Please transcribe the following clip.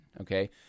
okay